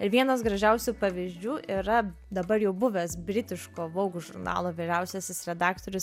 ir vienas gražiausių pavyzdžių yra dabar jau buvęs britiško vouge žurnalo vyriausiasis redaktorius